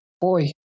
boy